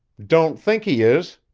don't think he is,